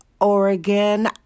Oregon